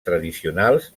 tradicionals